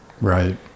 Right